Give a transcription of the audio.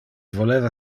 voleva